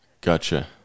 Gotcha